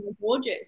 gorgeous